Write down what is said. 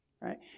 Right